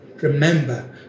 Remember